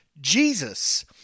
Jesus